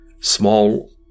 small